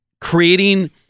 creating